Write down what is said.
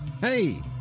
Hey